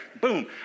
Boom